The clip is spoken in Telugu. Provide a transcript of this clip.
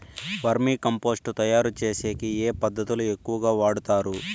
వర్మి కంపోస్టు తయారుచేసేకి ఏ పదార్థాలు ఎక్కువగా వాడుతారు